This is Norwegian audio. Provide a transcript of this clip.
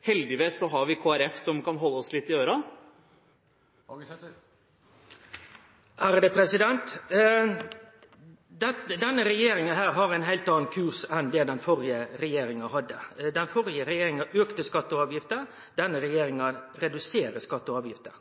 heldigvis har vi Kristelig Folkeparti, som kan holde oss litt i ørene? Denne regjeringa har ein heilt annan kurs enn det den førre regjeringa hadde. Den førre regjeringa auka skattar og avgifter. Denne regjeringa reduserer skattar og avgifter.